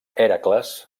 hèracles